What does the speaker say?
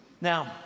Now